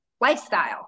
lifestyle